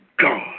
God